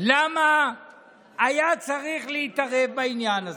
למה היה צריך להתערב בעניין הזה?